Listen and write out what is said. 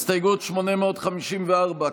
הסתייגות 854,